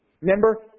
remember